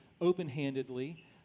open-handedly